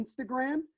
Instagram